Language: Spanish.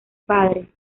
padre